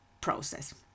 process